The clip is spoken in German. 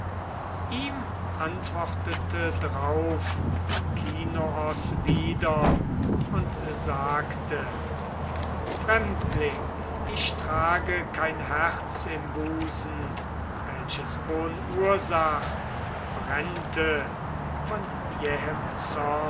ihm antwortete drauf alkinoos wieder und sagte fremdling ich trage kein herz im busen welches ohn ursach brennte von jähem zorn